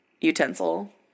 Utensil